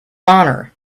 honor